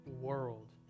world